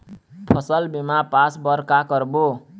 फसल बीमा पास बर का करबो?